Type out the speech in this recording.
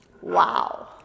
Wow